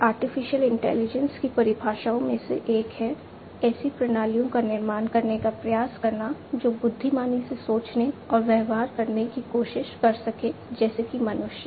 artificial intelligence की परिभाषाओं में से एक है ऐसी प्रणालियों का निर्माण करने का प्रयास करना जो बुद्धिमानी से सोचने और व्यवहार करने की कोशिश कर सकें जैसे कि मनुष्य